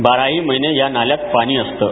बाराही महिने या नाल्यात पाणी असतं